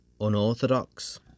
unorthodox